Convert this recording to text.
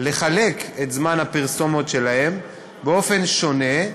לחלק את זמן הפרסומות שלהן באופן שונה,